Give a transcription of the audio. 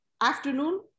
Afternoon